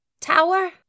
Tower